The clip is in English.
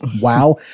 wow